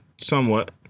somewhat